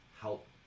help